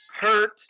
hurt